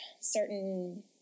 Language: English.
certain